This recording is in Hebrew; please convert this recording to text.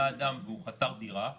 בא אדם והוא חסר דירה,